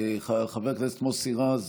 חבר הכנסת מוסי רז,